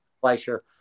fleischer